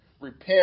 Repent